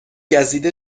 گزیده